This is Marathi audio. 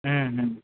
हं हं